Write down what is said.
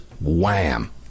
Wham